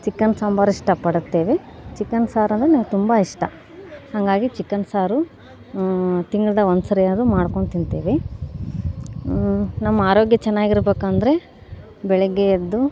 chicken sambar ಇಷ್ಟ ಪಡುತ್ತೇವೆ chicken ಸಾರು ಅಂದರೆ ನನಗೆ ತುಂಬ ಇಷ್ಟ ಹಂಗಾಗಿ ಚಿಕನ್ ಸಾರು ತಿಂಗಳ್ದಾಗ ಒಂದು ಸರಿ ಆದ್ರೂ ಮಾಡ್ಕೊಂಡು ತಿಂತೇವೆ ನಮ್ಮ ಆರೋಗ್ಯ ಚೆನ್ನಾಗಿ ಇರ್ಬೇಕಂದರೆ ಬೆಳಗ್ಗೆ ಎದ್ದು